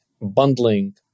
bundling